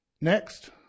Next